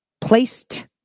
placed